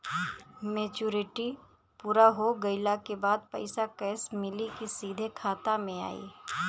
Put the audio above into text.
Maturity पूरा हो गइला के बाद पईसा कैश मिली की सीधे खाता में आई?